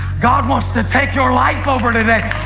god wants to take your life over today.